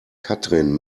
katrin